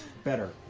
better.